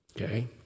Okay